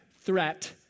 threat